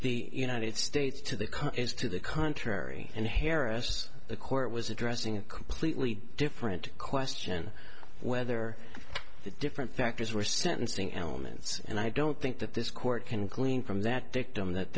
the united states to the car is to the contrary and harris the court was addressing a completely different question whether the different factors were sentencing elements and i don't think that this court can glean from that dict